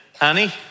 honey